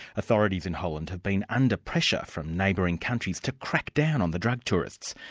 authorities in holland have been under pressure from neighbouring countries to crack down on the drug tourists,